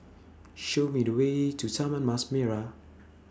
Show Me The Way to Taman Mas Merah